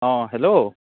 ହଁ ହ୍ୟାଲୋ